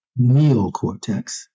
neocortex